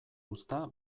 uzta